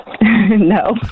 No